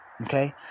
Okay